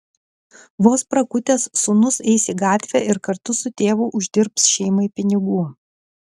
vos prakutęs sūnus eis į gatvę ir kartu su tėvu uždirbs šeimai pinigų